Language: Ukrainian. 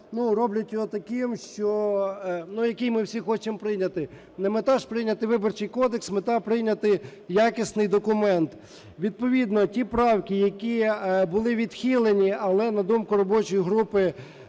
роблять його таким, що… який ми всі хочемо прийняти. Не мета ж – прийняти Виборчий кодекс, мета – прийняти якісний документ. Відповідно ті правки, які були відхилені, але на думку робочої групи,